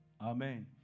Amen